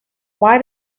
why